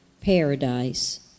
paradise